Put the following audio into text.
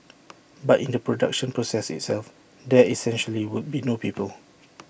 but in the production process itself there essentially would be no people